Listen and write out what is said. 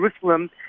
Jerusalem